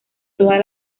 todas